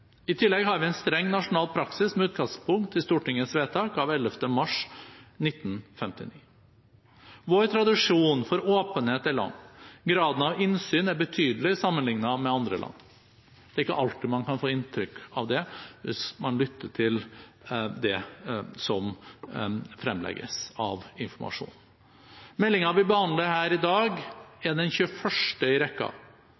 I tillegg har vi en streng nasjonal praksis med utgangspunkt i Stortingets vedtak av 11. mars 1959. Vår tradisjon for åpenhet er lang. Graden av innsyn er betydelig sammenlignet med andre land. Det er ikke alltid man kan få inntrykk av det hvis man lytter til det som fremlegges av informasjon. Meldingen vi behandler her i dag,